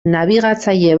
nabigatzaile